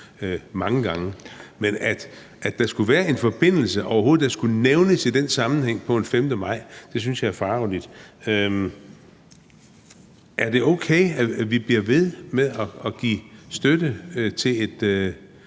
mange gange. Men at der skulle være en forbindelse, at det overhovedet skulle nævnes i den sammenhæng på en 5. maj, synes jeg er forargeligt. Er det okay, at vi bliver ved med at give støtte til et